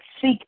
seek